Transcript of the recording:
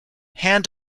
hand